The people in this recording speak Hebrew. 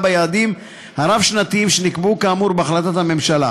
ביעדים הרב-שנתיים שנקבעו כאמור בהחלטת הממשלה,